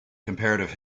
comparative